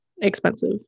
expensive